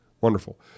wonderful